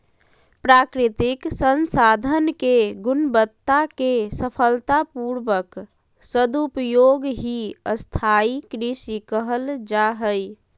प्राकृतिक संसाधन के गुणवत्ता के सफलता पूर्वक सदुपयोग ही स्थाई कृषि कहल जा हई